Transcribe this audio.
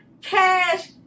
cash